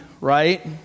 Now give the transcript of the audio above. right